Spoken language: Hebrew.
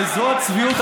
וזו הצביעות הכי גדולה.